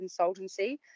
Consultancy